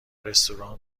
رستوران